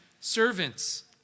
servants